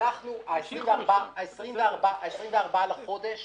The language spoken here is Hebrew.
ה-24 בחודש